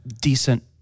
decent